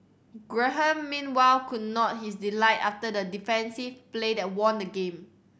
Graham meanwhile could not his delight after the decisive play that won the game